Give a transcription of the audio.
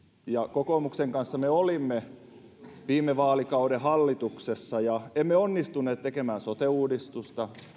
kokoomuksen kanssa me olimme viime vaalikauden hallituksessa ja emme onnistuneet tekemään sote uudistusta